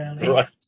Right